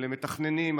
למתכננים,